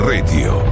Radio